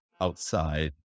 outside